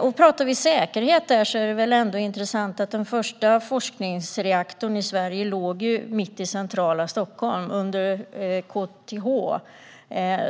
När vi talar om säkerhet är det ändå intressant att den första forskningsreaktorn i Sverige låg mitt i centrala Stockholm, under KTH.